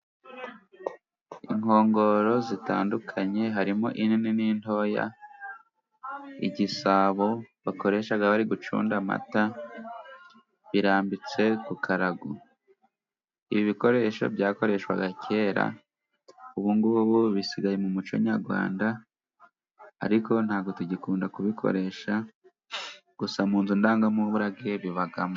Inkongoro zitandukanye harimo inini n'intoya, igisabo bakoresha bari gucunda amata birambitse ku karago, ibi bikoresho byakoreshwaga kera ubungubu bisigaye mu muco nyarwanda ariko ntabwo tugikunda kubikoresha gusa mu nzu ndangamurage bibamo.